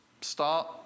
start